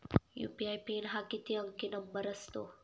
UPI PIN हा किती अंकी नंबर असतो?